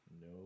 No